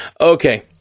Okay